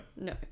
No